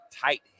tight